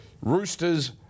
Roosters